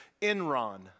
Enron